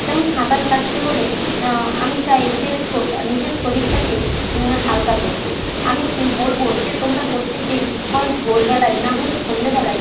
যেমন সাঁতার কাটতে হলে আমি চাই যে শোর নিজের শরীরটাকে হালকা করতে আমি বলব যে তোমরা প্রত্যেক দিন হয় ভোরবেলায় না হলে সন্ধ্যেবেলায়